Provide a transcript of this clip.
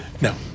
No